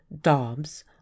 dobbs